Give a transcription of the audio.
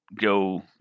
go